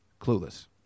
Clueless